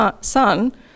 son